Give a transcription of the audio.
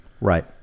Right